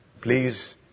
Please